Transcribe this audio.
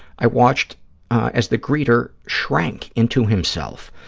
i watched as the greeter shrank into himself,